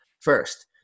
first